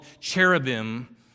cherubim